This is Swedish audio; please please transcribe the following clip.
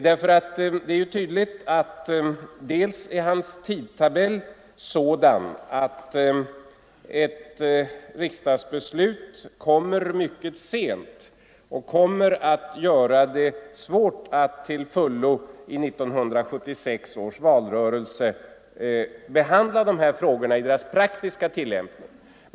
Det är nämligen tydligt att hans tidtabell är sådan att ett riksdagsbeslut kommer mycket sent och gör det svårt att i 1976 års valrörelse till fullo behandla dessa frågor i deras praktiska tillämpning.